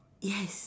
yes